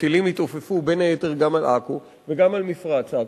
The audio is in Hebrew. כשטילים התעופפו בין היתר גם על עכו וגם על מפרץ עכו.